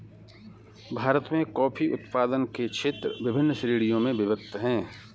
भारत में कॉफी उत्पादन के क्षेत्र विभिन्न श्रेणियों में विभक्त हैं